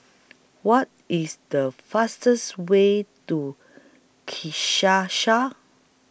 What IS The fastest Way to Kinshasa